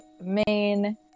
main